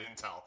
intel